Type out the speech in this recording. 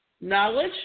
knowledge